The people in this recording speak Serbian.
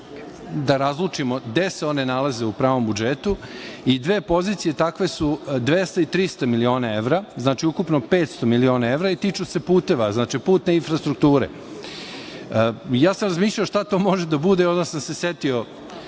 da razlučimo gde se one nalaze u pravom budžetu i dve pozicije takve su 200 i 300 miliona evra, znači ukupno 500 miliona evra, i tiču se puteva, znači putne infrastrukture. Ja sam razmišljao šta to može da bude i onda sam se setio